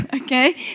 Okay